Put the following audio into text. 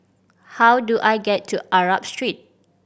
how do I get to Arab Street